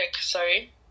sorry